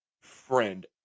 Friend